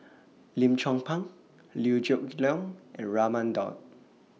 Lim Chong Pang Liew Geok Leong and Raman Daud